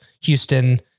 Houston